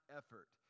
effort